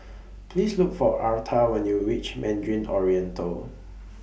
Please Look For Arta when YOU REACH Mandarin Oriental